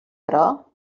però